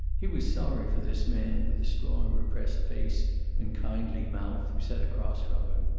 he was sorry for this man with the strong, repressed face and kindly mouth, who sat across from him.